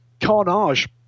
Carnage